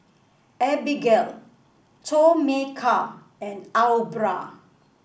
Abigale Tomeka and Aubra